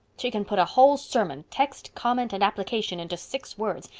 she can put a whole sermon, text, comment, and application, into six words,